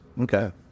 Okay